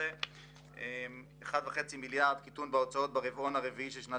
2017. 1.5 מיליארד קיטון בהוצאות ברבעון הרביעי של שנת